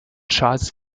charles